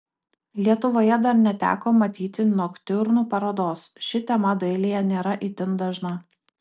lietuvoje dar neteko matyti noktiurnų parodos ši tema dailėje nėra itin dažna